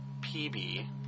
PB